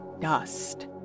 dust